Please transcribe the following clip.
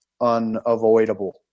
unavoidable